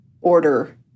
order